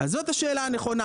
זאת השאלה הנכונה.